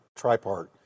tripart